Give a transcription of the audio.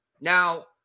Now